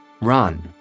Run